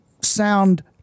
sound